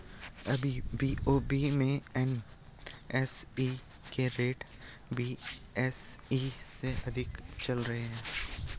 अभी बी.ओ.बी में एन.एस.ई के रेट बी.एस.ई से अधिक ही चल रहे हैं